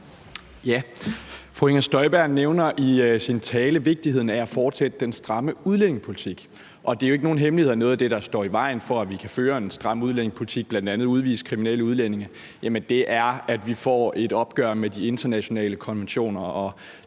Fru Inger Støjberg nævner i sin tale vigtigheden af at fortsætte den stramme udlændingepolitik, og det er jo ikke nogen hemmelighed, at noget af det, der står i vejen for, at vi kan føre en stram udlændingepolitik, bl.a. ved at udvise kriminelle udlændinge, er, at vi får et opgør med de internationale konventioner. Og